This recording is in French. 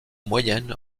moyennes